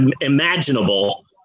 imaginable